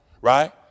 right